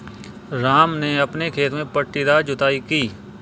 राम ने अपने खेत में पट्टीदार जुताई की